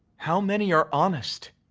how many are honest?